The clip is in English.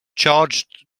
charged